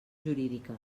jurídica